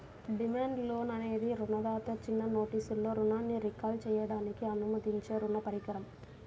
demand loan అనేది రుణదాత చిన్న నోటీసులో రుణాన్ని రీకాల్ చేయడానికి అనుమతించే రుణ పరికరం